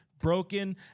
broken